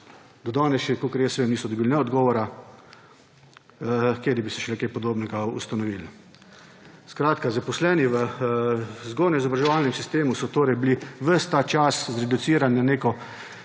Do danes, kakor jaz vem, niso dobili ne odgovora, kaj da bi se še kaj podobnega ustanovilo. Skratka, zaposleni v vzgojno-izobraževalnem sistemu so torej bili ves ta čas zreducirani na neko